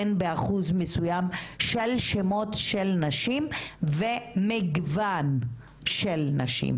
באחוז מסוים של שמות של נשים ומגוון של נשים,